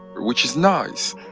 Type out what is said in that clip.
which is nice.